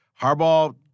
Harbaugh